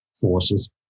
forces